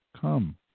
come